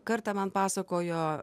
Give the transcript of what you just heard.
kartą man pasakojo